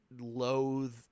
loathe